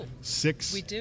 six